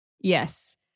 Yes